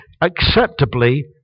acceptably